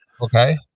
okay